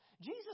Jesus